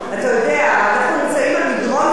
אנחנו נמצאים במדרון חלקלק.